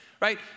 Right